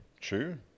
True